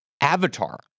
avatar